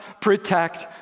protect